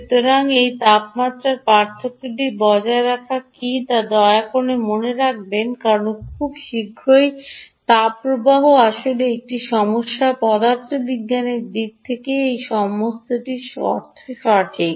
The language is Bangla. সুতরাং এই তাপমাত্রার পার্থক্যটি বজায় রাখা কী দয়া করে মনে রাখবেন কারণ খুব শীঘ্রই তাপ প্রবাহ আসলেই একটি সমস্যা পদার্থবিজ্ঞানের দিক থেকে এই সমস্তটির অর্থ সঠিক